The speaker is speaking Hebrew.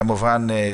כמובן,